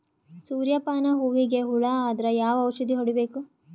ಸೂರ್ಯ ಪಾನ ಹೂವಿಗೆ ಹುಳ ಆದ್ರ ಯಾವ ಔಷದ ಹೊಡಿಬೇಕು?